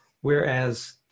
Whereas